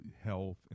health